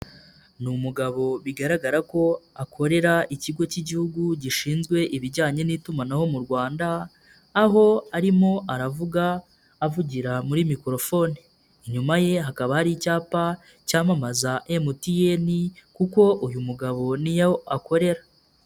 Ni umugabo bigaragara ko akorera ikigo cy'Igihugu gishinzwe ibijyanye n'itumanaho mu Rwanda, aho arimo aravuga avugira muri mikorofoni, inyuma ye hakaba hari icyapa cyamamaza MTN kuko uyu mugabo niyo akorera.